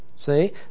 see